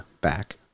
back